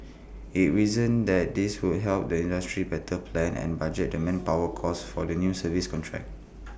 IT reasoned that this would help the industry better plan and budget the manpower costs for new service contracts